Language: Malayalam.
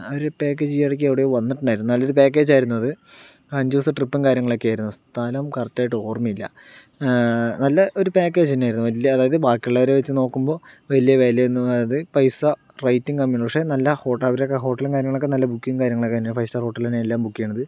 അവരുടെ പാക്കേജ് ഈ ഇടയ്ക്ക് എവിടെയോ വന്നിട്ടുണ്ടായിരുന്നു നല്ലൊരു പാക്കേജായിരുന്നു അത് അഞ്ചു ദിവസത്തെ ട്രിപ്പും കാര്യങ്ങളൊക്കെ ആയിരുന്നു സ്ഥലം കറക്റ്റായിട്ട് ഓർമ്മയില്ല നല്ല ഒരു പാക്കേജന്നെയായിരുന്നു വലിയ അതായത് ബാക്കിയുള്ളവരെ വെച്ച് നോക്കുമ്പോൾ വലിയ വിലയൊന്നും അത് പൈസ റേറ്റും കമ്മിയാണ് പക്ഷേ നല്ല ഹോട്ട അവരൊക്കെ ഹോട്ടലും കാര്യങ്ങളൊക്കെ നല്ല ബുക്കിങ്ങും കാര്യങ്ങളൊക്കെ തന്നെയാണ് ഫൈവ് സ്റ്റാർ ഹോട്ടലിൽ തന്നെയാണ് എല്ലാം ബുക്ക് ചെയ്യുന്നത്